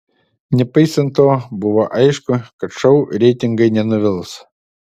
nepaisant to buvo aišku kad šou reitingai nenuvils